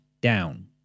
down